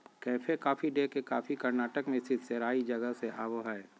cafe coffee day के coffee Karnataka मे स्थित सेराई जगह से आवो हय